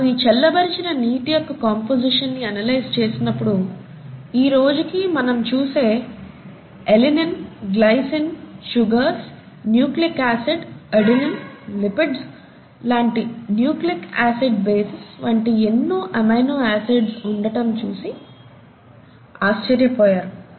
వారుఈ చల్లబరిచిన నీటి యొక్క కంపోసిషన్ ని అనలైజ్ చేసినప్పుడు ఈరోజుకి మనం చూసే alanine glycine sugars nucleic acid adenine మరియు లిపిడ్స్ లాటి నూక్లిక్ ఆసిడ్ బేసెస్ వంటి ఎన్నో అమైనో ఆసిడ్స్ ఉండటం చూసి ఆశ్చర్యపోయారు